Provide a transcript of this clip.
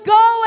go